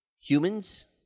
humans